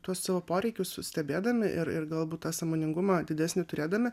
tos savo poreikius stebėdami ir ir galbūt tą sąmoningumą didesnį turėdami